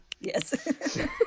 yes